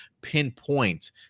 pinpoint